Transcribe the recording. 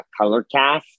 ColorCast